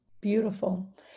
beautiful